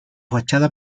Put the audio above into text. fachada